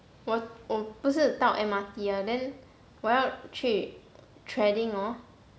我我不是到 M_R_T mah then 我要去 threading hor